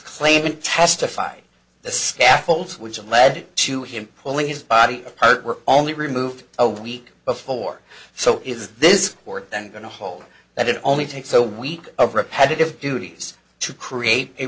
claimant testified the scaffolds which led to him pulling his body apart were only removed a week before so is this court then going to hold that it only takes a week of repetitive duties to create a